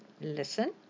listen